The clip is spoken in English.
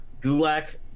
Gulak